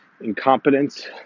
incompetence